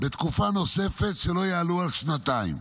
בתקופות נוספות שלא יעלו על שנתיים.